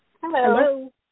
Hello